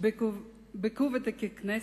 בכובדיקע כנסת,